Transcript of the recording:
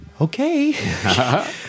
okay